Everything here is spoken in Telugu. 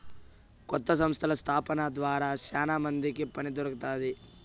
కొత్త సంస్థల స్థాపన ద్వారా శ్యానా మందికి పని దొరుకుతాది